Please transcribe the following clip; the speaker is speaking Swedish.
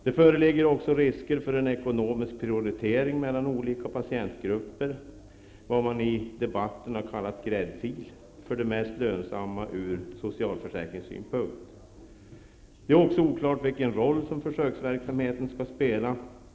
Det förligger också risker för en ekonomisk prioritering mellan olika patientgrupper, vad man i debatten kallat gräddfil, för de mest lönsamma ur socialförsäkringssynpunkt. Det är också oklart vilken roll som försöksverksamheten skall spela.